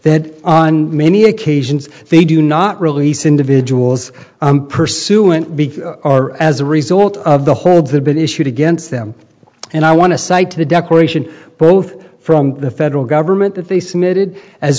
that on many occasions they do not release individuals pursuant are as a result of the whole of the been issued against them and i want to cite to the declaration both from the federal government that they submitted as